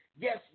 yes